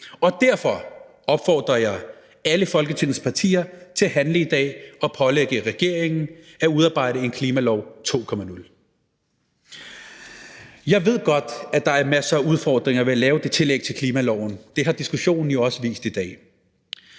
og derfor opfordrer jeg alle Folketingets partier til at handle i dag og pålægge regeringen at udarbejde en klimalov 2.0. Jeg ved godt, at der er masser af udfordringer ved at lave det tillæg til klimaloven. Det har diskussionen jo også vist i dag: